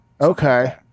Okay